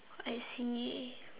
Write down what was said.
I see